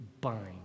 bind